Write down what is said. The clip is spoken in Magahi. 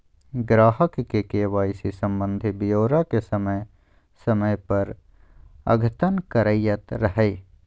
ग्राहक के के.वाई.सी संबंधी ब्योरा के समय समय पर अद्यतन करैयत रहइ